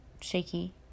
shaky